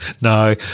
No